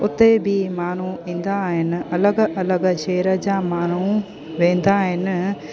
उते बि माण्हू ईंदा आइन अलॻि अलॻि शहर जा माण्हू वेंदा आहिनि